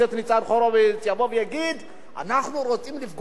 יבוא ויגיד: אנחנו רוצים לפגוע בביטחון המדינה,